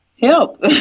Help